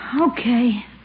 Okay